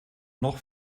noch